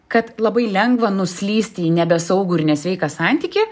kad labai lengva nuslysti į nebesaugų ir nesveiką santykį